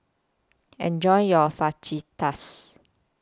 Enjoy your Fajitas